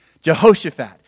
Jehoshaphat